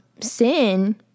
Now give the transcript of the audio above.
sin